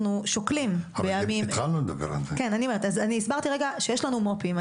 אני הסברתי רגע שיש לנו מו"פים,